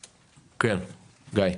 גיא.